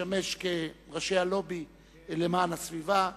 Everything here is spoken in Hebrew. ראשי הלובי למען הסביבה.